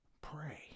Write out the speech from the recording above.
Pray